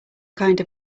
kinda